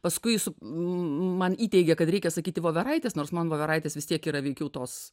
paskui man įteigė kad reikia sakyti voveraites nors man voveraitės vis tiek yra veikiau tos